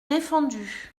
défendus